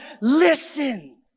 listen